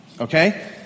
Okay